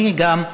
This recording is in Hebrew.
אני גם,